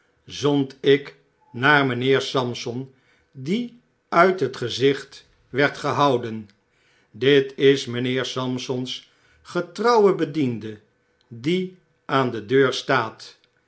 zond ik naar mynheer sampson die uit het gezicht werd gehouden dit ism ijnheer sampson's getrouwe bediende die aan de deur staat